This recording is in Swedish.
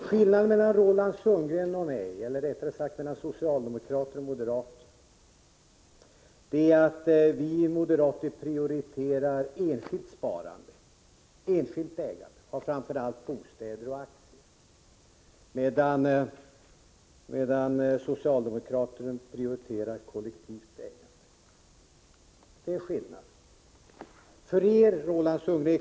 Skillnaden mellan Roland Sundgren och mig, eller rättare sagt mellan socialdemokrater och moderater, är att vi moderater prioriterar enskilt sparande och enskilt ägande av framför allt bostäder och aktier, medan socialdemokraterna prioriterar kollektivt ägande.